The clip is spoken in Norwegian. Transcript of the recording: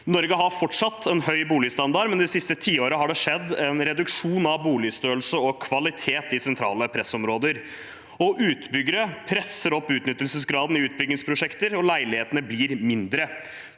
Norge har fortsatt en høy boligstandard, men de siste tiårene har det skjedd en reduksjon av boligstørrelse og kvalitet i sentrale pressområder. Utbyggere presser opp utnyttelsesgraden i utbyggingsprosjekter, og leilighetene blir mindre.